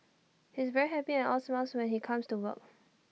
he's very happy and all smiles when he comes to work